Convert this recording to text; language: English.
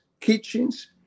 kitchens